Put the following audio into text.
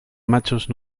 machos